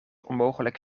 onmogelijk